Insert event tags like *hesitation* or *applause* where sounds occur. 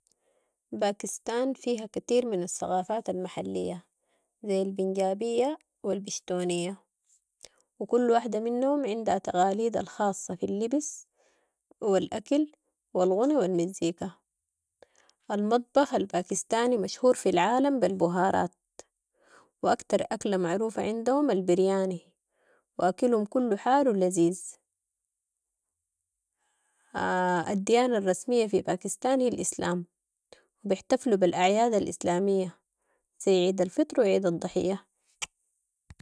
باكستان فيها كتير من الثقافات المحلية، زي البنجابية و البشتونية و كل واحدة منهم عندها تقاليدها الخاصة، في اللبس و الاكل و الغنا و المزيكا. المطبخ مشهور في العالم بالبهارات و اكتر اكله معروفة عندهم البرياني و اكلهم كلو حار و لذيذ *hesitation* الديانة الرسمية في باكستان هي الإسلام و بيحتفلوا بال اعياد الإسلامية زي عيد الفطر و عيد الضحية. *noise*